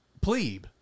plebe